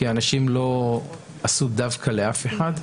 אנשים לא עשו דווקא לאף אחד,